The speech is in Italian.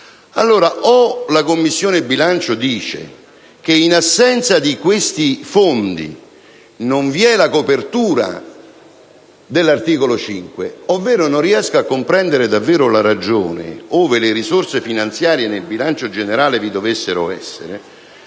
punto, o la Commissione bilancio dice che, in assenza di questi fondi, non vi è la copertura dell'articolo 5, ovvero non riesco a comprendere davvero la ragione, ove le risorse finanziarie nel bilancio generale vi dovessero essere,